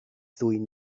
ddwyn